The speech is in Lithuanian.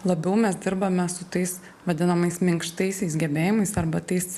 labiau mes dirbame su tais vadinamais minkštaisiais gebėjimais arba tais